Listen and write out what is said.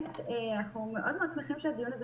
אנחנו מאוד מאוד שמחים שהדיון הזה